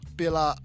pela